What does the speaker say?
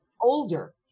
older